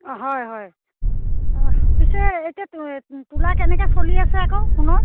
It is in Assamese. অঁ হয় হয় অঁ পিছে এতিয়া এই তোলা কেনেকৈ চলি আছে আকৌ সোণৰ